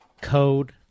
code